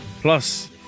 plus